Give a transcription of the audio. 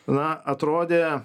na atrodė